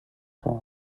son